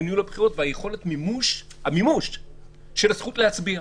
ניהול הבחירות ויכולת המימוש של הזכות להצביע.